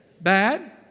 bad